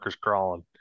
crawling